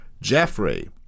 Jeffrey